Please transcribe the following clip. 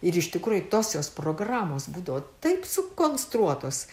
ir iš tikrųjų tosios jos programos būdavo taip sukonstruotos